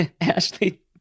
Ashley